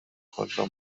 kollha